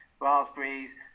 raspberries